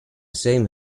same